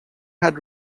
had